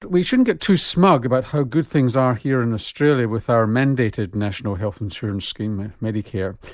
we shouldn't get too smug about how good things are here in australia with our mandated national health insurance scheme medicare.